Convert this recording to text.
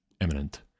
eminent